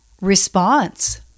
response